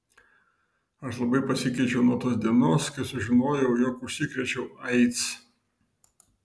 aš labai pasikeičiau nuo tos dienos kai sužinojau jog užsikrėčiau aids